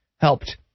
helped